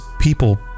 people